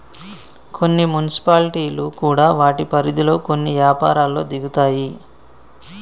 కొన్ని మున్సిపాలిటీలు కూడా వాటి పరిధిలో కొన్ని యపారాల్లో దిగుతాయి